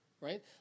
right